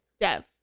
Dev